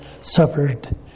suffered